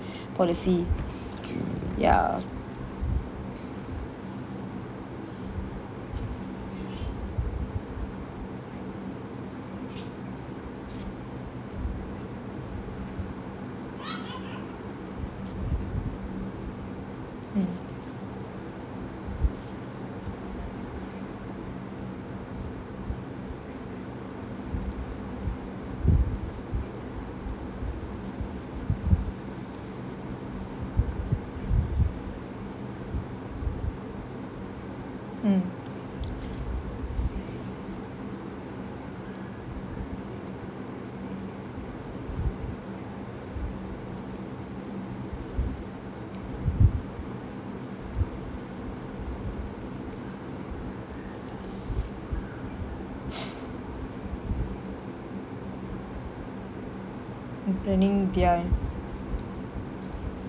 policy ya hmm mm in planning their